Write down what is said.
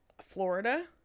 Florida